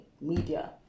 media